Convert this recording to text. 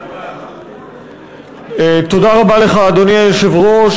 אדוני היושב-ראש,